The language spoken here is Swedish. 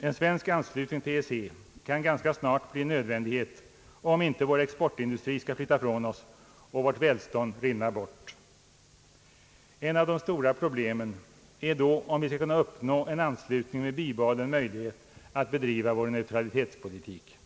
En svensk anslutning till EEC kan ganska snart bli en nödvändighet, om inte vår exportindustri skall flytta från oss och vårt välstånd rinna bort. Ett av de stora problemen är då om vi skall kunna uppnå en anslutning med bibehållen möjlighet att bedriva vår neutralitetspolitik.